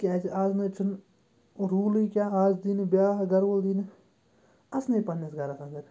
کیازِ آز نہٕ حظ چھُنہٕ روٗلٕے کیٛاہ آز دی نہٕ بیٛاکھ گَرٕ وول دی نہٕ اَژنَے پنٛنِس گَرَس اَندَر